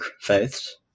faiths